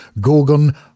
gorgon